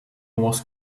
was